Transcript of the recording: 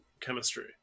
chemistry